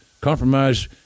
compromise